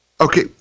Okay